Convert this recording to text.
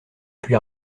puis